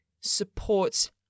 supports